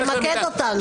תמקד אותנו.